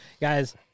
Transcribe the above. guys